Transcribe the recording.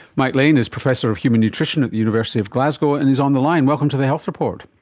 mike lean is professor of human nutrition at the university of glasgow and is on the line. welcome to the health report.